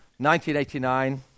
1989